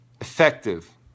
effective